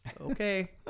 Okay